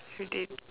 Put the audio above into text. you didn't